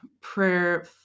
prayer